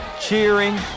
cheering